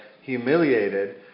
humiliated